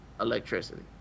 Electricity